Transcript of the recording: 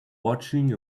watching